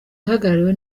ihagarariwe